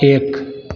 एक